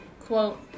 quote